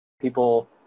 people